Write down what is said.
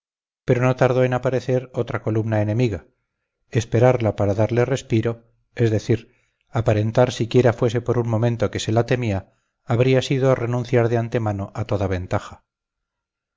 pero no tardó en aparecer otra columna enemiga esperarla darle respiro es decir aparentar siquiera fuese por un momento que se la temía habría sido renunciar de antemano a toda ventaja